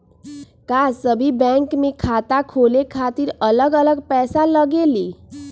का सभी बैंक में खाता खोले खातीर अलग अलग पैसा लगेलि?